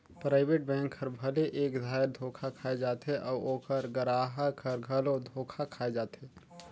private bank हर भले एक धाएर धोखा खाए जाथे अउ ओकर गराहक हर घलो धोखा खाए जाथे